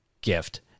gift